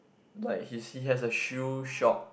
like his he has a shoe shop